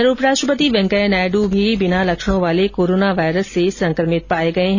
उधर उप राष्ट्रपति वेंकैया नायडु भी बिना लक्षणों वाले कोरोना वायरस से संक्रमित पाए गए हैं